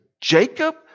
Jacob